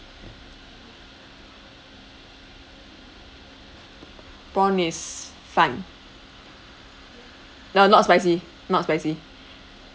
prawn is fine no not spicy not spicy